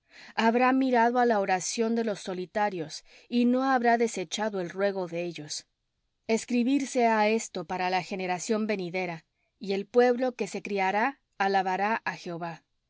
habrá mirado á la oración de los solitarios y no habrá desechado el ruego de ellos escribirse ha esto para la generación venidera y el pueblo que se criará alabará á